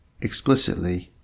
explicitly